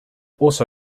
also